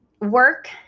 work